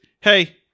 hey